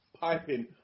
piping